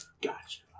gotcha